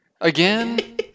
again